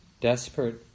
desperate